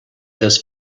this